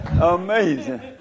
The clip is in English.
Amazing